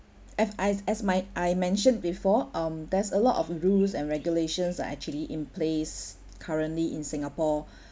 as my as I mentioned before um there's a lot of rules and regulations are actually in place currently in singapore